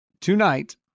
tonight